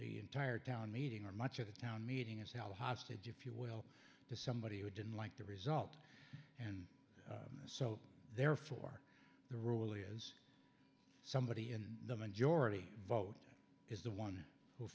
the entire town meeting or much of the town meeting is held hostage if you will to somebody who didn't like the result and so therefore the rule is somebody in the majority vote is the one who